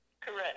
Correct